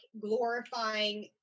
glorifying